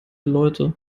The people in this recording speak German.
leute